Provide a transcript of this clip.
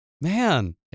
Man